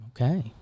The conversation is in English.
Okay